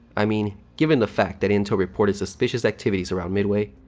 i mean, given the fact that intel reported suspicious activities around midway,